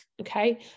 Okay